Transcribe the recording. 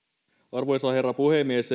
arvoisa herra puhemies